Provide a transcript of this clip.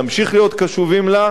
נמשיך להיות קשובים לה,